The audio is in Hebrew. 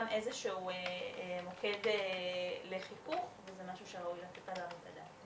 איזה שהוא מוקד לחיכוך וזה משהו שראוי לתת עליו את הדעת.